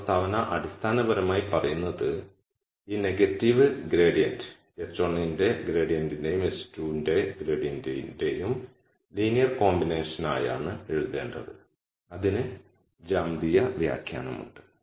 ഈ പ്രസ്താവന അടിസ്ഥാനപരമായി പറയുന്നത് ഈ നെഗറ്റീവ് ഗ്രേഡിയന്റ് h1 ന്റെ ഗ്രേഡിന്റെയും h2 ന്റെ ഗ്രേഡിന്റെയും ലീനിയർ കോമ്പിനേഷനായാണ് എഴുതേണ്ടത് അതിന് ജ്യാമിതീയ വ്യാഖ്യാനമുണ്ട്